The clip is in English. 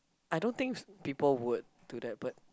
I don't think people would do that but